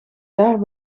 daar